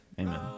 Amen